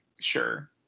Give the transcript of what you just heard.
sure